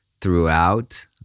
throughout